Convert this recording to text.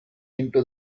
into